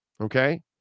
okay